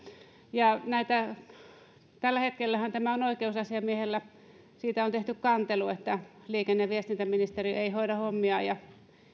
ja tällä hetkellähän tämä on oikeusasiamiehellä siitä on tehty kantelu että liikenne ja viestintäministeri ei hoida hommiaan ja